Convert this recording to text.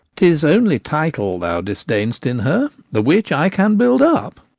tis only title thou disdain'st in her, the which i can build up.